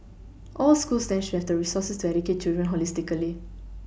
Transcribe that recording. all schools then should have the resources to educate children holistically